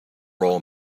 roll